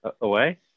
away